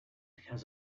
has